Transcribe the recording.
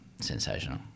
sensational